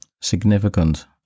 significant